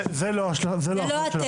זה לא אחריות שלכם, זה לא אתם.